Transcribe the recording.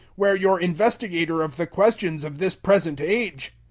where your investigator of the questions of this present age?